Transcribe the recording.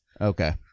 Okay